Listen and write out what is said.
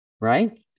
Right